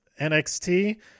NXT